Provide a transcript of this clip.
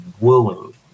willing